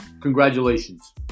congratulations